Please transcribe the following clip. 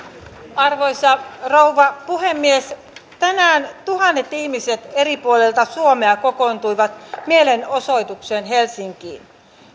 arvoisa rouva puhemies tänään tuhannet ihmiset eri puolilta suomea kokoontuivat mielenosoitukseen helsinkiin